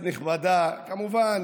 אדוני השר, כנסת נכבדה, כמובן,